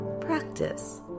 practice